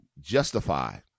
justify